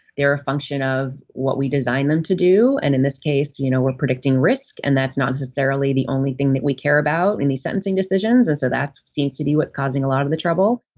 they're a function of what we design them to do. and in this case, you know, we're predicting risk, and that's not necessarily the only thing that we care about in these sentencing decisions. and so that seems to be what's causing a lot of the trouble